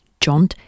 John